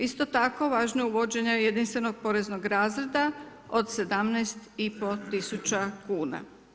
Isto tako važno je uvođenje jedinstvenog poreznog razreda od 17,5 tisuća kuna.